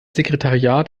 sekretariat